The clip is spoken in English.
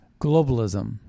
globalism